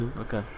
okay